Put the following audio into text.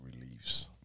reliefs